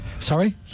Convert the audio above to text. Sorry